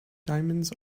diamonds